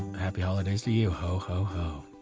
happy holidays to yeah he